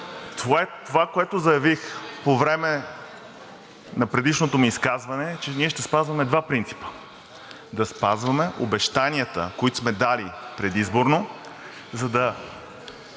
Това, което заявих по време на предишното ми изказване, е, че ние ще спазваме два принципа: да спазваме обещанията, които сме дали предизборно, за да